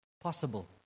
possible